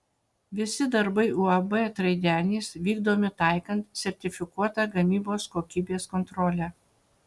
visi darbai uab traidenis vykdomi taikant sertifikuotą gamybos kokybės kontrolę